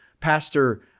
Pastor